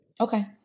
okay